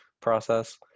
process